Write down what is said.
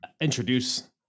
introduce